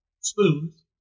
spoons